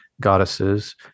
goddesses